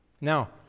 Now